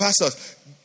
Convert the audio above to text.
Pastors